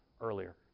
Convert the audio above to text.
earlier